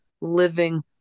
living